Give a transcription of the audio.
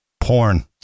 porn